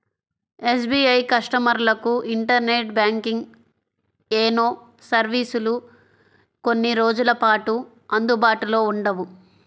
SBI కస్టమర్లకు internet banking, YONO సర్వీసులు కొన్ని రోజుల పాటు అందుబాటులో ఉండవు